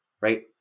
Right